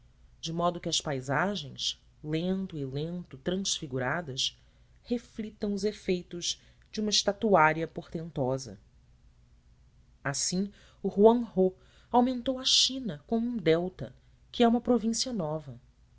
de modo que as paisagens lento e lento transfiguradas reflitam os efeitos de uma estatuária portentosa assim o hoang ho aumentou a china com um delta que é uma província nova